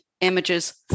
images